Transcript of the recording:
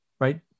right